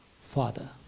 Father